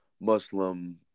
Muslim